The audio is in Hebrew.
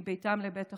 מביתם לבית החולים,